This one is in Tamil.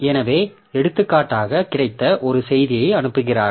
எனவே எடுத்துக்காட்டாக கிடைத்த ஒரு செய்தியை அனுப்புகிறார்கள்